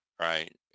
right